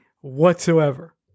whatsoever